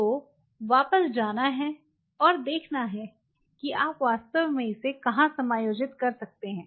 तो वापस जाना है और देखना है कि आप वास्तव में इसे कहां समायोजित कर सकते हैं